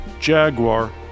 Jaguar